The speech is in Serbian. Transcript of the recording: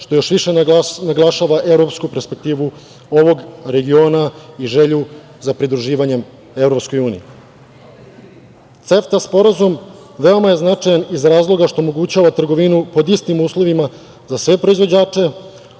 što još više naglašava evropsku perspektivu evropskog regiona i želju za pridruživanje EU.CEFTA sporazum veoma je značajan iz razloga što omogućava trgovinu pod istim uslovima za sve proizvođače,